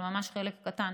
אבל ממש חלק קטן,